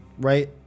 right